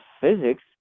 physics